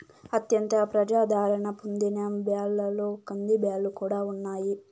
అత్యంత ప్రజాధారణ పొందిన బ్యాళ్ళలో కందిబ్యాల్లు కూడా ఉన్నాయి